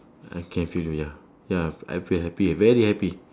I can feel ya ya I'm very happy very happy